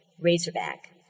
Razorback